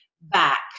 back